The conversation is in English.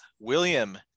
William